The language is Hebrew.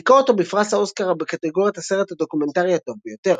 זיכה אותו בפרס האוסקר בקטגוריית הסרט הדוקומנטרי הטוב ביותר.